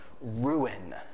ruin